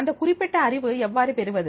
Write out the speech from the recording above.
அந்த குறிப்பிட்ட அறிவு எவ்வாறு பெறுவது